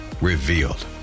Revealed